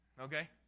okay